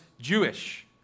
Jewish